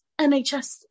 NHS